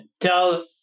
tell